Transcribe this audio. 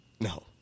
No